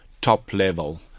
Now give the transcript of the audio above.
top-level